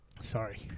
sorry